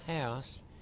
house